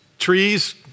trees